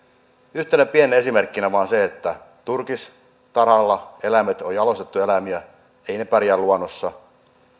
yhtenä pienenä esimerkkinä vain se että turkistarhalla eläimet ovat jalostettuja eläimiä eivät ne pärjää luonnossa